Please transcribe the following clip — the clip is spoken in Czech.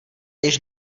již